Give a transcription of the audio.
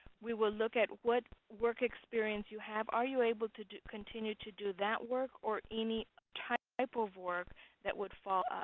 we will look at what work experience you have. are you able to continue to do that work? or any type of work that would fall,